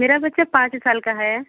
मेरा बच्चा पाँच साल का है